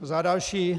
Za další.